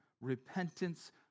Repentance